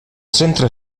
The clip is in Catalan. centre